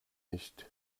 nicht